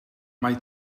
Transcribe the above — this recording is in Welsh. mae